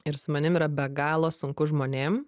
ir su manim yra be galo sunku žmonėm